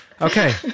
Okay